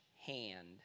hand